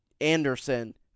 Anderson